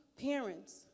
parents